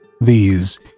These